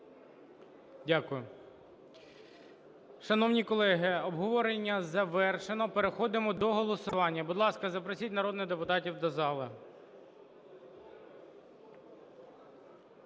Дякую. Шановні колеги, обговорення завершено. Переходимо до голосування. Будь ласка, запросіть народних депутатів до зали.